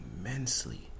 immensely